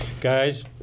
Guys